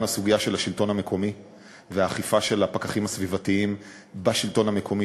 הסוגיה של השלטון המקומי והאכיפה של הפקחים הסביבתיים בשלטון המקומי,